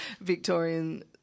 Victorian